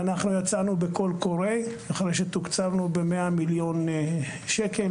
אנחנו יצאנו אחרי שתוקצבנו ב-100 מיליון שקל,